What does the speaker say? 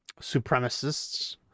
supremacists